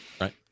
Right